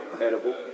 edible